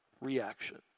reaction